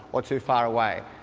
or too far away.